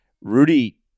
Rudy